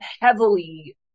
heavily